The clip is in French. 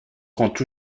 compte